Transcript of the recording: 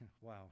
wow